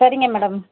சரிங்க மேடம்